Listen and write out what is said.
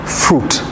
fruit